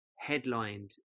headlined